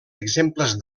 exemples